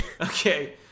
okay